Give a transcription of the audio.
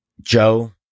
Joe